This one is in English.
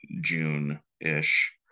June-ish